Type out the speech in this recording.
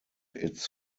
its